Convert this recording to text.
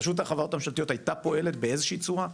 האם רשות החברות הממשלתיות הייתה פועלת באיזושהי צורה?